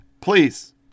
Please